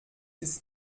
ist